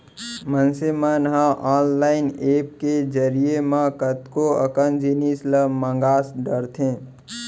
मनसे मन ह ऑनलाईन ऐप के जरिए म कतको अकन जिनिस ल मंगा डरथे